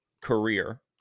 career